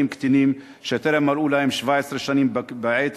קטינים שטרם מלאו להם 17 שנים בעת